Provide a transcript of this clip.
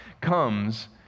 comes